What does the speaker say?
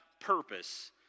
purpose